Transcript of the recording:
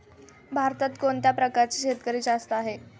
भारतात कोणत्या प्रकारचे शेतकरी जास्त आहेत?